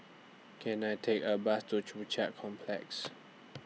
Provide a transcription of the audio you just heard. Can I Take A Bus to Joo Chiat Complex